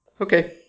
okay